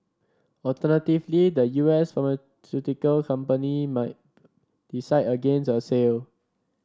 alternatively the U S company might decide against a sale